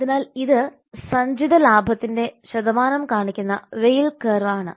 അതിനാൽ ഇത് സഞ്ചിത ലാഭത്തിന്റെ ശതമാനം കാണിക്കുന്ന വെയിൽ കർവ് ആണ്